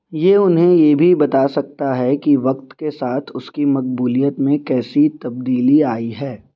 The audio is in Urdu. یہ انہیں یہ بھی بتا سکتا ہے کہ وقت کے ساتھ اس کی مقبولیت میں کیسی تبدیلی آئی ہے